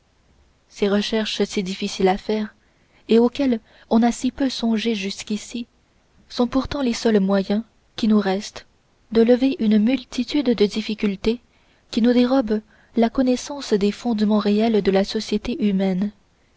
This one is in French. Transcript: ces recherches si difficiles à faire et auxquelles on a si peu songé jusqu'ici sont pourtant les seuls moyens qui nous restent de lever une multitude de difficultés qui nous dérobent la connaissance des fondements réels de la société humaine